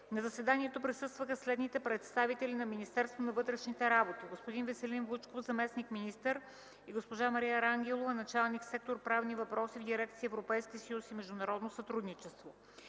На заседанието присъстваха следните представители на Министерството на вътрешните работи: господин Веселин Вучков - заместник-министър, и госпожа Мария Рангелова – началник сектор „Правни въпроси” в дирекция „Европейски съюз и международно сътрудничество”.